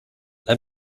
let